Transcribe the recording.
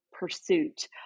pursuit